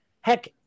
heck